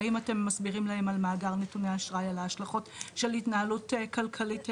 האם אתם מסבירים להם על מאגר נתוני אשראי על ההשלכות של התנהלות כלכלית?